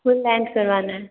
करवाना है